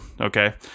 Okay